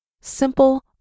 simple